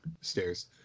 stairs